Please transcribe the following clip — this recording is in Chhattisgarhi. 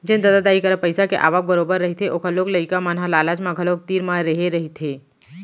जेन ददा दाई करा पइसा के आवक बरोबर रहिथे ओखर लोग लइका मन ह लालच म घलोक तीर म रेहे रहिथे